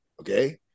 Okay